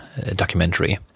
documentary